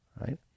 Right